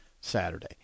Saturday